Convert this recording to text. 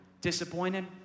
Disappointed